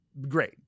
great